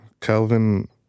kelvin